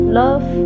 love